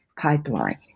pipeline